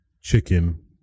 chicken